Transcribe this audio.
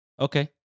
Okay